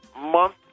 month